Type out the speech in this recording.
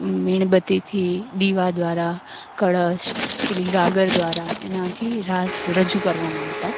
મીણબત્તીથી દીવા દ્વારા કળશ પેલી ગાગર દ્વારા એનાથી રાસ રજૂ કરવામાં આવતા